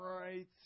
right